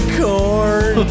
corn